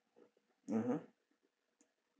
mmhmm